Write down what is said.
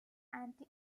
anti